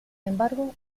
embargo